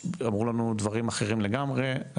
אמרו לנו דברים אחרים לגמרי,